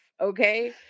Okay